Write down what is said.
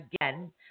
again